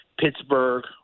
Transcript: Pittsburgh